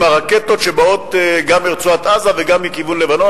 הרקטות שבאות גם מרצועת-עזה וגם מכיוון לבנון,